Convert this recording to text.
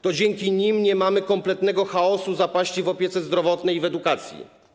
To dzięki nim nie mamy kompletnego chaosu, zapaści w opiece zdrowotnej i w edukacji.